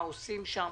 מה עושים שם.